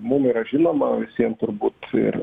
mum yra žinoma visiem turbūt ir